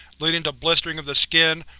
leading to blistering of the skin,